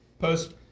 post